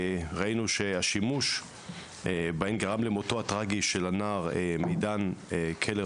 ראינו שהשימוש בהם גרם למותו הטראגי של הנער מידן קלר